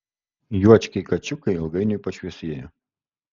juočkiai kačiukai ilgainiui pašviesėjo